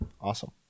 Awesome